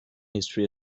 history